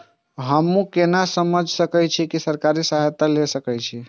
हमू केना समझ सके छी की सरकारी सहायता ले सके छी?